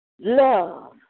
love